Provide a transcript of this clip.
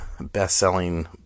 best-selling